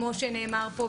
כמו שנאמר פה,